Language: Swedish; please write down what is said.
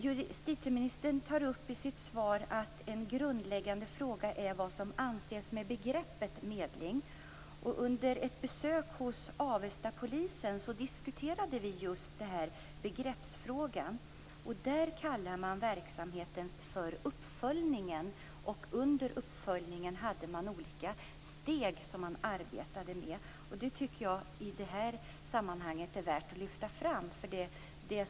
Justitieministern säger i sitt svar att en grundläggande fråga är vad som anses med begreppet medling. Under ett besök hos Avestapolisen diskuterade vi just begreppsfrågan. Där kallar man verksamheten för uppföljning. Under uppföljningen har man olika steg som man arbetar med. Jag tycker att det är värt att lyfta fram i det här sammanhanget.